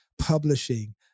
publishing